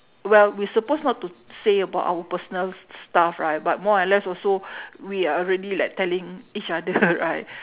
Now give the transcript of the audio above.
well we supposed not to say about our personal s~ stuff right but more or less also we are already like telling each other right